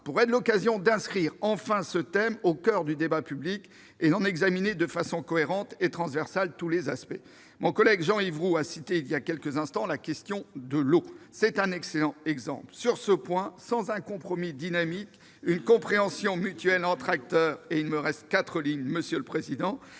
pourrait être l'occasion d'inscrire enfin ce thème au coeur du débat public et d'en examiner de façon cohérente et transversale tous les aspects. Jean-Yves Roux a cité il y a quelques instants la question de l'eau. C'est un excellent exemple. Sur ce point, sans un compromis dynamique et une compréhension mutuelle entre acteurs, nous allons à l'affrontement- nous en